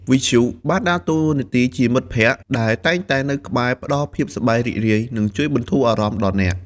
វិទ្យុបានដើរតួជា មិត្តភក្តិ ដែលតែងតែនៅក្បែរផ្តល់ភាពសប្បាយរីករាយ និងជួយបន្ធូរអារម្មណ៍ដល់អ្នក។